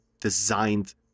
designed